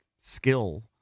skill